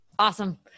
Awesome